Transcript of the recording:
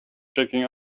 checking